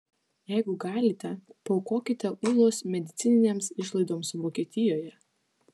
jeigu galite paaukokite ūlos medicininėms išlaidoms vokietijoje